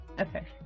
okay